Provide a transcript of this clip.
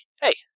hey